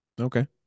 Okay